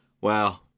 Wow